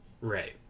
Right